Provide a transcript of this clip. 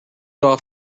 off